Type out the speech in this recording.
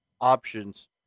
options